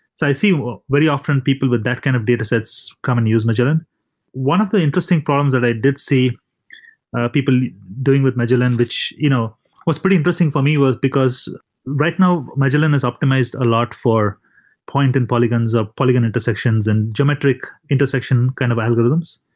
so i see very often people with that kind of data sets come and use magellan one of the interesting problems that i did see people doing with magellan, which you know was pretty interesting for me was because right now, magellan is optimized a lot for point in polygons, or polygon intersections and geometric intersection kind of algorithms.